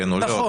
כן או לא,